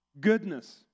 goodness